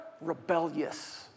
rebellious